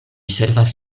servas